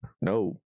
no